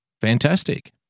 Fantastic